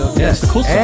yes